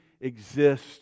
exist